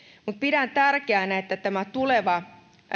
mutta pidän tärkeänä että tämä tuleva